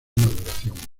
maduración